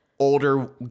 Older